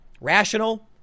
Rational